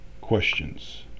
questions